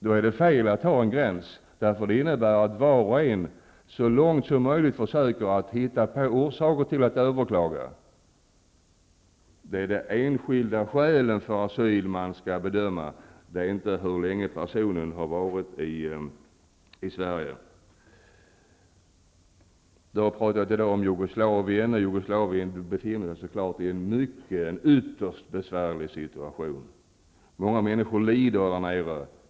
Då är det fel att ha en gräns, för det innebär att var och en så långt som möjligt försöker hitta orsaker att överklaga. Det är de enskilda skälen för asyl man skall bedöma, det är inte hur länge personen har varit i Sverige. Det har i dag talats om Jugoslavien, och det är klart att Jugoslavien befinner sig i en ytterst besvärlig situation. Många människor lider där nere.